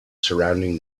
surrounding